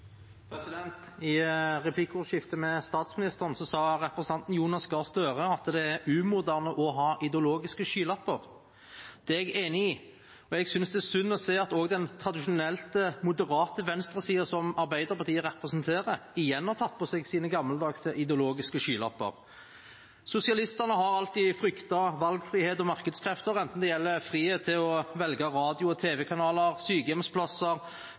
Jonas Gahr Støre at det er umoderne å ha ideologiske skylapper. Det er jeg enig i, og jeg synes det er synd å se at også den tradisjonelt moderate venstresiden som Arbeiderpartiet representerer, igjen har tatt på seg sine gammeldagse ideologiske skylapper. Sosialistene har alltid fryktet valgfrihet og markedskrefter enten det gjelder frihet til å velge radio- og tv-kanaler, sykehjemsplasser,